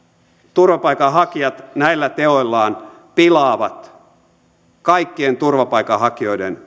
turvapaikanhakijat näillä teoillaan pilaavat kaikkien turvapaikanhakijoiden